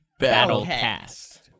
Battlecast